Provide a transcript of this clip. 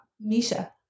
Misha